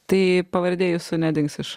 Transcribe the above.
tai pavardė jūsų nedings iš